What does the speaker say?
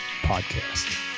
Podcast